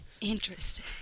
Interesting